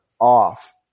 off